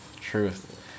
truth